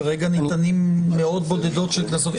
כרגע ניתנו מאות בודדות של קנסות.